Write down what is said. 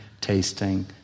tasting